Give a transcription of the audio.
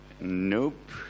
Nope